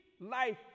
life